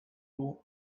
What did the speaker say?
grow